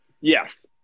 Yes